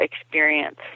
experience